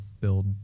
build